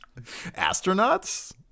Astronauts